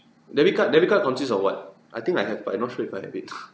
debit card debit card consists of what I think I have but I not sure if I have it